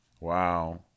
Wow